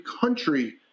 country